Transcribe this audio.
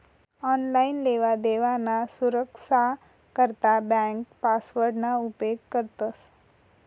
online लेवादेवाना सुरक्सा करता ब्यांक पासवर्डना उपेग करतंस